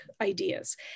ideas